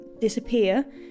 disappear